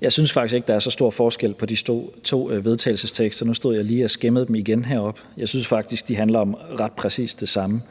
Jeg synes faktisk ikke, der er så stor forskel på de to forslag til vedtagelse. Nu stod jeg lige og skimmede dem igen heroppe, og jeg synes faktisk, de handler om præcis det samme.